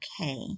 okay